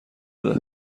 بده